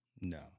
No